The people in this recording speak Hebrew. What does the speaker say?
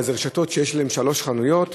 אבל אלה רשתות שיש להן שלוש חנויות